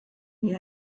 the